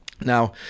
Now